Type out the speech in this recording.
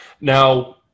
Now